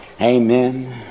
Amen